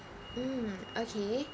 mm okay